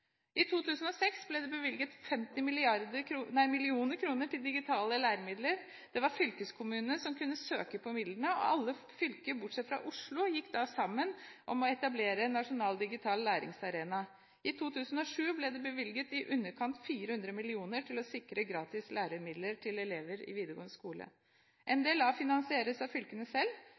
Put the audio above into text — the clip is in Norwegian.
I 2006 ble det bevilget 50 mill. kr til digitale læremidler. Det var fylkeskommunene som kunne søke om midlene. Alle fylker bortsett fra Oslo gikk da sammen om å etablere en nasjonal digital læringsarena. I 2007 ble det bevilget i underkant av 400 mill. kr til å sikre gratis læremidler til elever i videregående skole. En del finansieres av fylkene selv.